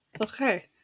Okay